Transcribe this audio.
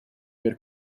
per